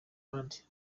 abandi